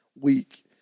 week